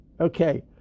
Okay